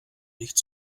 nicht